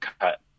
cut